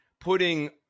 putting